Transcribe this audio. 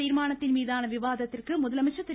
தீர்மானத்தின் மீதான விவாதத்திற்கு இந்த முதலமைச்சர் திரு